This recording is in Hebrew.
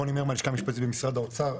רוני מר מהלשכה המשפטית של משרד האוצר.